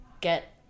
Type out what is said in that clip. get